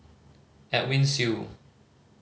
Edwin Siew